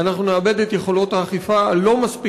אנחנו נאבד את יכולות האכיפה הלא-מספיק